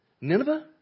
Nineveh